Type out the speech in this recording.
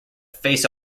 face